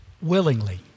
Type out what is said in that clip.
Willingly